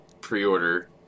pre-order